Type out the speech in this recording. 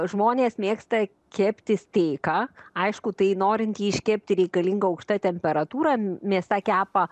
žmonės mėgsta kepti steiką aišku tai norint jį iškepti reikalinga aukšta temperatūra mėsa kepa